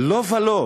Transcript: "לא ולא,